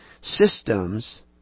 systems